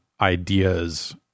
ideas